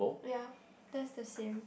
ya that's the same